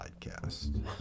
podcast